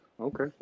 Okay